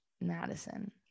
Madison